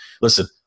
listen